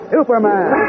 Superman